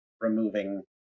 removing